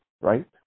right